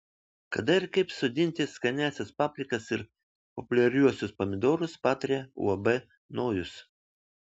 kada ir kaip sodinti skaniąsias paprikas ir populiariuosius pomidorus pataria uab nojus